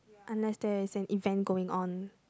unless there is an event going on